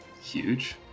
huge